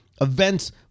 events